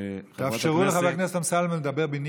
תאפשרו לחבר הכנסת אמסלם לדבר בניחותא.